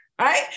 right